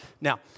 Now